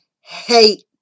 hate